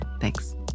Thanks